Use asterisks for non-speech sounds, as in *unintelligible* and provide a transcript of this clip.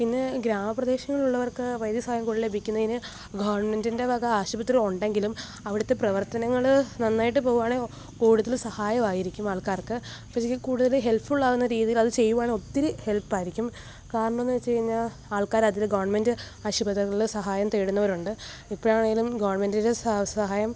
പിന്നെ ഗ്രാമപ്രദേശങ്ങളിലുള്ളവർക്ക് വൈദ്യ സഹായം കൂടുതൽ ലഭിക്കുന്നതിന് ഗവൺമെന്റിൻ്റെ വക ആശുപത്രി ഉണ്ടങ്കിലും അവിടത്തെ പ്രവർത്തനങ്ങൾ നന്നായിട്ട് പോവുകയായെങ്കിൽ കൂടുതൽ സഹായം ആയിരിക്കും ആൾക്കാർക്ക് *unintelligible* കൂടുതൽ ഹെൽപ്ഫുൾ ആവുന്ന രീതിയിൽ അത് ചെയ്യുകയാണെങ്കിൽ ഒത്തിരി ഹെൽപ് ആയിരിക്കും കാരണം എന്ന് വെച്ച് കഴിഞ്ഞാൽ ആൾക്കാർ അതിന് ഗവൺമെൻറ് ആശുപത്രികളിൽ സഹായം തേടുന്നവരുണ്ട് ഇപ്പഴാണെങ്കിലും ഗവൺമെന്റിൻ്റെ സഹായം